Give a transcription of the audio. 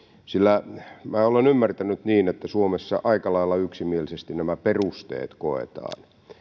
sillä minä olen ymmärtänyt niin että suomessa aika lailla yksimielisesti nämä perusteet koetaan